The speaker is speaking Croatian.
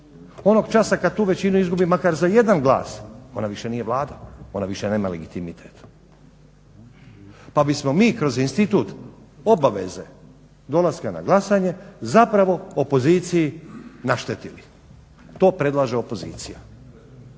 Onog časa kad tu većinu izgubi makar za jedan glas ona više nije Vlada, ona više nema legitimitet. Pa bismo mi kroz institut obaveze dolaska na glasanje zapravo opoziciji naštetili. To predlaže opozicija.